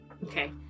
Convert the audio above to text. Okay